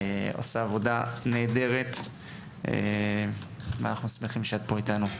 היא עושה עבודה נהדרת ואנחנו שמחים שאת פה איתנו.